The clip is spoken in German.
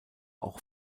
auch